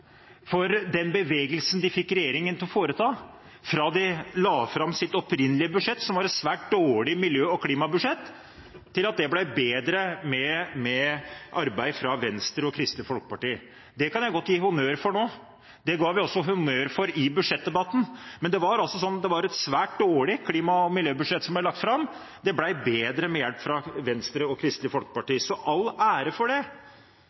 for den bevegelsen som de fikk regjeringen til å foreta, fra de la fram sitt opprinnelige budsjett – som var et svært dårlig klima- og miljøbudsjett – til at det ble bedre med arbeidet fra Venstres og Kristelig Folkepartis side. Det kan jeg godt gi honnør for nå, og det ga vi også honnør for i budsjettdebatten, men det var altså et svært dårlig klima- og miljøbudsjett som ble lagt fram, som ble bedre med hjelp fra Venstre og Kristelig Folkeparti. All ære for det,